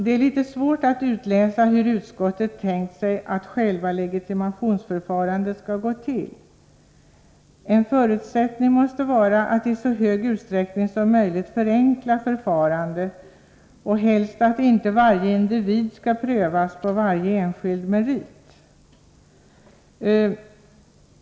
Det är litet svårt att utläsa hur utskottet tänkt sig att själva legitimationsförfarandet skall gå till. En förutsättning måste vara att i så stor utsträckning som möjligt förenkla förfarandet. Helst skall inte varje individ prövas på varje enskild merit.